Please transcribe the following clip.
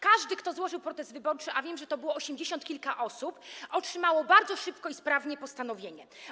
Każdy, kto złożył protest wyborczy, a wiem, że to było osiemdziesiąt kilka osób, otrzymał bardzo szybko i sprawnie postanowienie.